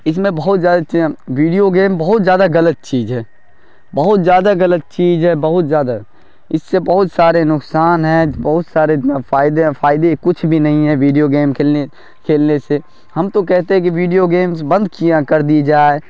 اس میں بہت جیادہ ویڈیو گیمس بہت زیادہ غلط چیز ہے بہت زیادہ غلط چیز ہے بہت زیادہ اس سے بہت سارے نقصان ہیں بہت سارے فائدے ہیں فائدے کچھ بھی نہیں ہیں ویڈیو گیمس کھیلنے کھیلنے سے ہم تو کہتے ہیں کہ ویڈیو گیمس بند کیا کر دی جائے